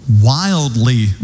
wildly